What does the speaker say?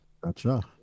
Gotcha